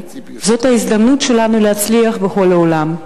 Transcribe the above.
זאת ההזדמנות שלנו להצליח בכל העולם.